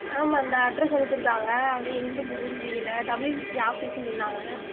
ஆமாம் அந்த அட்ரஸ் அனுப்பியிருக்காங்க ஆனால் எங்கிட்டு போகிறதுன்னு தெரியலை டபுள்யூ பி சி ஆஃபிஸுன்னு சொன்னாங்க